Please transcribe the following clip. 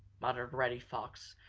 muttered reddy fox,